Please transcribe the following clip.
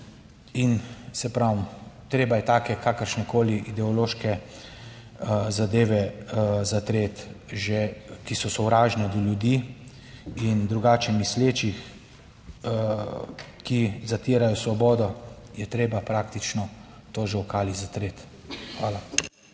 In saj pravim, treba je take kakršnekoli ideološke zadeve zatreti, ki so sovražne do ljudi in drugače mislečih, ki zatirajo svobodo, je treba praktično to že kali zatreti. Hvala.